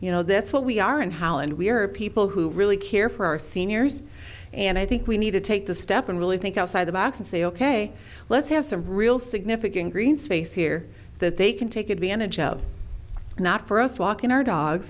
you know that's what we are and how and we are people who really care for our seniors and i think we need to take the step and really think outside the box and say ok let's have some real significant green space here that they can take advantage of and not for us walking our dogs